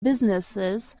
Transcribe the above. businesses